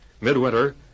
Midwinter